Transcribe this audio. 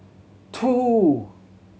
two